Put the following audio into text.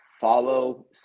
follow